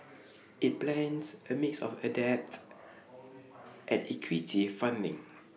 IT plans A mix of A debt and equity funding